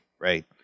right